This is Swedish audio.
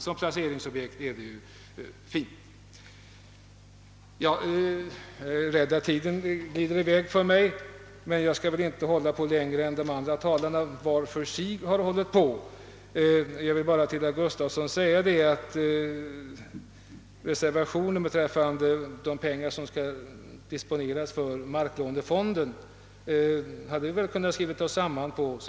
Som placeringsobjekt är ju fastigheter förmånliga. Till herr Gustafsson i Skellefteå vill jag säga att vi i utskottet väl hade kunnat skriva oss samman om reservationen beträffande de pengar som skall disponeras för marklånefonden.